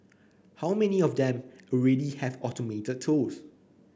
how many of them already have automated tools